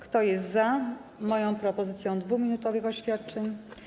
Kto jest za moją propozycją 2-minutowych oświadczeń?